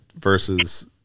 Versus